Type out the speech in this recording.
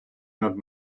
над